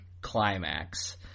climax